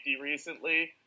recently